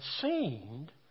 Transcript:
seemed